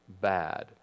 bad